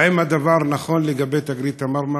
האם הדבר נכון לגבי תקרית ה"מרמרה"?